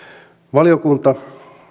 valiokunta